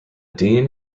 dean